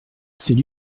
c’est